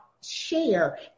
share